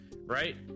right